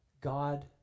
God